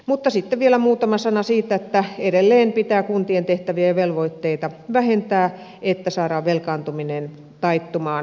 mutta sitten vielä muutama sana siitä että kuntien tehtäviä ja velvoitteita pitää edelleen vähentää jotta saadaan velkaantuminen taittumaan